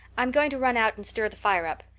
i'm going to run out and stir the fire up.